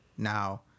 now